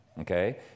okay